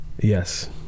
yes